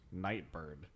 Nightbird